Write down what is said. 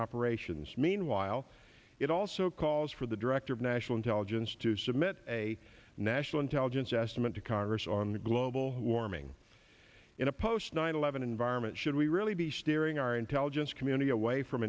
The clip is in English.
operations meanwhile it also calls for the director of national intelligence to submit a national intelligence estimate to congress on global warming in a post nine eleven environment should we really be steering our intelligence community away from